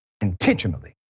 intentionally